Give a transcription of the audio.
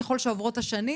ככל שעוברות השנים,